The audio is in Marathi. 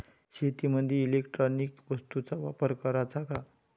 शेतीमंदी इलेक्ट्रॉनिक वस्तूचा वापर कराचा का?